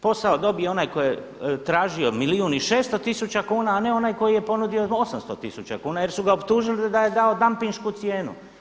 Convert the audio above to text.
Posao dobije onaj tko je tražio milijun i 600 tisuća kuna, a ne onaj koji je ponudio 800 tisuća kuna, jer su ga optužili da je dao dampinšku cijenu.